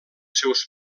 seus